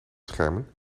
schermen